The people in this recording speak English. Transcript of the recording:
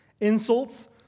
insults